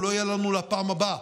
הוא לא יהיה לנו לפעם הבאה,